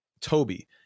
toby